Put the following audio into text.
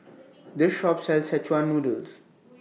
This Shop sells Szechuan Noodles